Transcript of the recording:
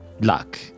luck